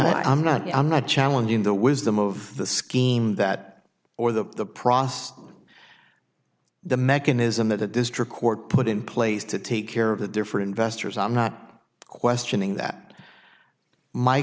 i'm not i'm not challenging the wisdom of the scheme that or the process the mechanism that the district court put in place to take care of the different vester so i'm not questioning that my